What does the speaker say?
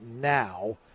now